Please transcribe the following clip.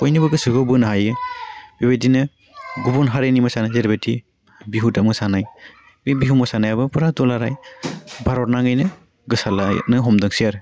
बयनिबो गोसोखौ बोनो हायो बेबायदिनो गुबुन हारिनि मोसानाय जेरैबायदि बिहु मोसानाय बि बिहु मोसानायाबो फुरा दुलाराय भारत नाङैनो गोसारलानो हमदोंसै आरो